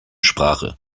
sprache